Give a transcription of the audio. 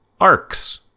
Arcs